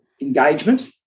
engagement